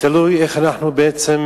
ותלוי איך אנחנו בעצם